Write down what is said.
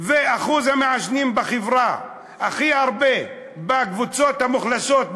ואחוז המעשנים בחברה הוא הכי גבוה בקבוצות המוחלשות,